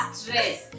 Stress